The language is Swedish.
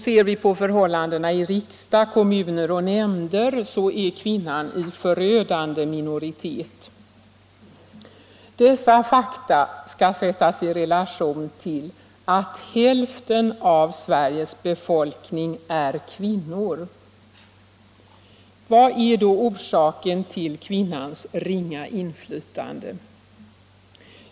Ser vi på förhållandena i riksdag, kommuner och nämnder finner vi att kvinnan är i förödande minoritet. Dessa fakta skall sättas i relation till att hälften av Sveriges befolkning är kvinnor. Vad är då orsaken till kvinnans ringa inflytande?